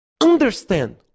Understand